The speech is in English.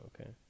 Okay